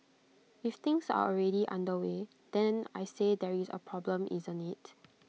if things are already underway then I say there is A problem isn't IT